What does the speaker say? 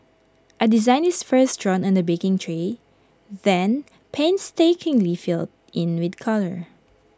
A design is first drawn on A baking tray then painstakingly filled in with colour